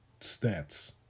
stats